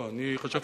אני חשבתי